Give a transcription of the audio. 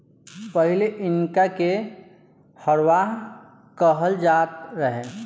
पहिले इनका के हरवाह कहल जात रहे